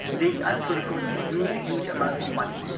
they actually got huge, huge amounts of money,